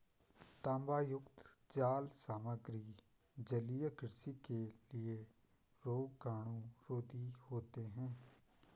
तांबायुक्त जाल सामग्री जलीय कृषि के लिए रोगाणुरोधी होते हैं